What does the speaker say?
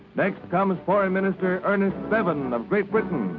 next comes foreign minister ernest bevin of great britain,